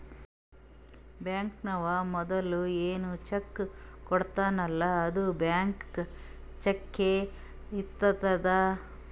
ಬ್ಯಾಂಕ್ನವ್ರು ಮದುಲ ಏನ್ ಚೆಕ್ ಕೊಡ್ತಾರ್ಲ್ಲಾ ಅದು ಬ್ಲ್ಯಾಂಕ್ ಚಕ್ಕೇ ಇರ್ತುದ್